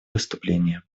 выступления